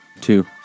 two